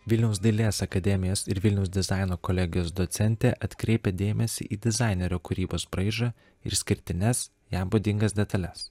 vilniaus dailės akademijos ir vilniaus dizaino kolegijos docentė atkreipia dėmesį į dizainerio kūrybos braižą ir išskirtines jam būdingas detales